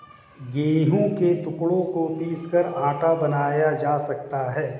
गेहूं के टुकड़ों को पीसकर आटा बनाया जा सकता है